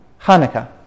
Hanukkah